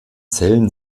zellen